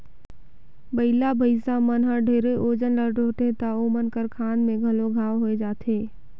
बइला, भइसा मन हर ढेरे ओजन ल डोहथें त ओमन कर खांध में घलो घांव होये जाथे